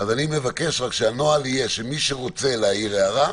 אז אני מבקש רק שהנוהל יהיה שמי שרוצה להעיר הערה,